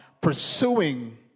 pursuing